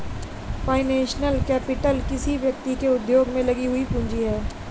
financial capital किसी व्यक्ति के उद्योग में लगी हुई पूंजी है